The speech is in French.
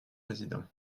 président